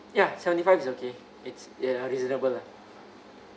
ya seventy is okay it's ya reasonable lah